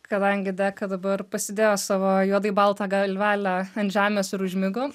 kadangi deka dabar pasidėjo savo juodai baltą galvelę ant žemės ir užmigo